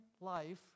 life